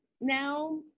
now